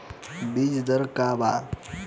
बीज दर का वा?